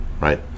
right